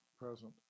Present